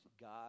God